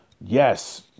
yes